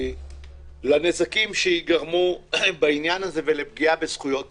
מהנזקים שייגרמו בעניין הזה ומהפגיעה בזכויות אדם,